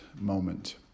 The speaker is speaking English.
moment